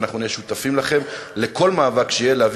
ואנחנו נהיה שותפים לכם בכל מאבק להביא